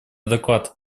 доклад